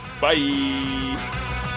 Bye